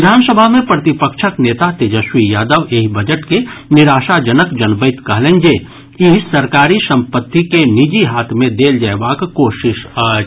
विधानसभा में प्रतिपक्षक नेता तेजस्वी यादव एहि बजट के निराशाजनक जनबैत कहलनि जे सरकारी संपत्ति के निजी हाथ में देल जयबाक कोशिश अछि